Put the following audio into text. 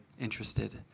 interested